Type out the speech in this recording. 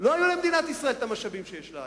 לא היו למדינת ישראל המשאבים שיש לה היום,